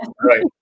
Right